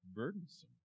burdensome